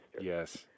Yes